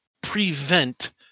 prevent